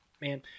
man